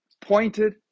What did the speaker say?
pointed